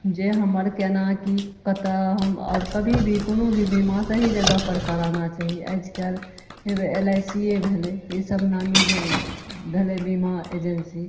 जे हमर केना की कतऽ हम आओर कभी भी कोनो भी बीमा सही जगह पर कराना चाही आइकाल्हि होइबए एल आइ सी ए भेलै इसब नामी भेलै बीमा एजेंसी